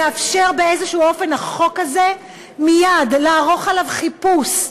החוק הזה יאפשר באיזשהו אופן מייד לערוך עליו חיפוש,